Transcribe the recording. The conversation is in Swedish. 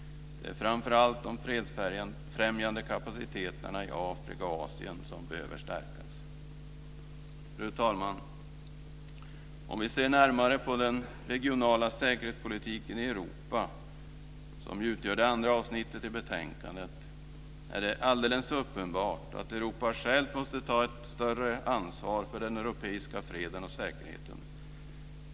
Det är framför allt de fredsfrämjande kapaciteterna i Afrika och Asien som behöver stärkas. Fru talman! Om vi ser närmare på den regionala säkerhetspolitiken i Europa, som ju utgör det andra avsnittet i betänkandet, är det alldeles uppenbart att Europa självt måste ta ett större ansvar för den europeiska freden och säkerheten.